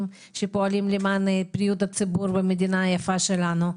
שפועלים למען בריאות הציבור במדינה היפה שלנו.